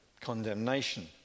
condemnation